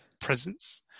presence